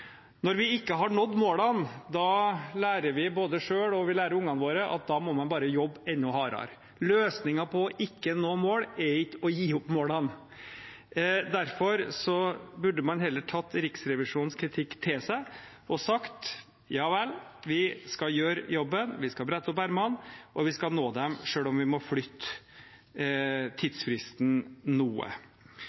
Når vi ikke har nådd målene, lærer vi både oss selv og ungene våre at da må vi bare jobbe enda hardere. Løsningen på ikke å nå mål er ikke å gi opp målene. Derfor burde man heller tatt Riksrevisjonens kritikk til seg og sagt: Ja vel, vi skal gjøre jobben, vi skal brette opp ermene, og vi skal nå målene selv om vi må flytte tidsfristen noe.